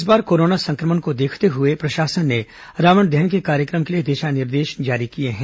इस बार कोरोना संक्रमण को देखते हुए प्रशासन ने रावण दहन के कार्यक्रम के लिए दिशा निर्देश जारी किए हैं